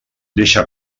deixa